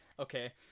Okay